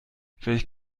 welch